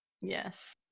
Yes